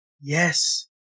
Yes